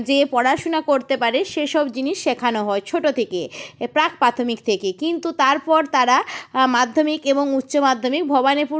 যেয়ে পড়াশুনা করতে পারে সেসব জিনিস শেখানো হয় ছোটো থেকে প্রাক প্রাথমিক থেকে কিন্তু তারপর তারা মাধ্যমিক এবং উচ্চমাধ্যমিক ভবানীপুর